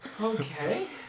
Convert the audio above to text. Okay